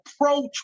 approach